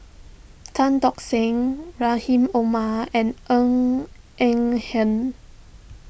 Tan Tock Seng Rahim Omar and Ng Eng Hen